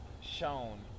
shown